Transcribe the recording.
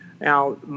Now